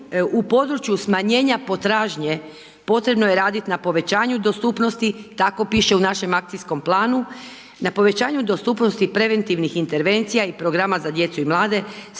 u području smanjenja potražnje, potrebno je raditi na povećanju dostupnosti, tako piše u našem akcijskom planu, na povećanje dostupnosti preventivnih intervencija i programa za djecu i mlade